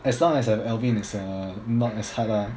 as long as I have alvin it's uh not as hard ah